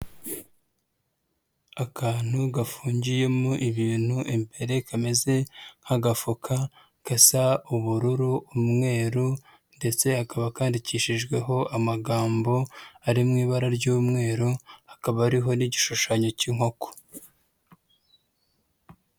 Akantu gafungiyemo ibintu imbere kameze nk'agafuka gasa ubururu, umweru ndetse kakaba kandikishijweho amagambo ari mu ibara ry'umweru hakaba hariho n'igishushanyo cy'inkoko.